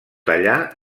tallar